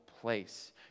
place